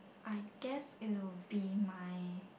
I guess it'll be my